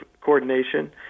coordination